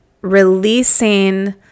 releasing